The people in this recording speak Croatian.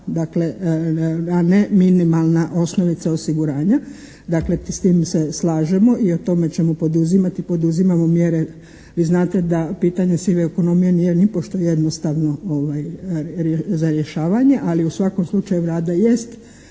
a ne minimalna osnovica osiguranja. S tim se slažemo i o tome ćemo poduzimati, poduzimamo mjere. Vi znate da pitanje sive ekonomije nije nipošto jednostavno za rješavanje ali u svakom slučaju Vlada jest